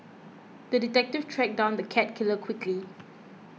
the detective tracked down the cat killer quickly